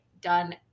done